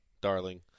darling